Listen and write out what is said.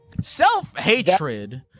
Self-hatred